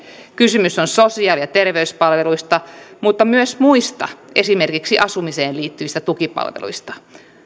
kysymys on sosiaali ja terveyspalveluista mutta myös muista esimerkiksi asumiseen liittyvistä tukipalveluista